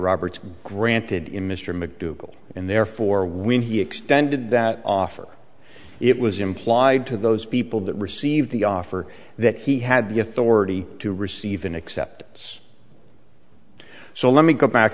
roberts granted in mr mcdougal and therefore when he extended that offer it was implied to those people that received the offer that he had the authority to receive an acceptance so let me go back